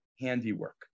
handiwork